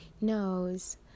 knows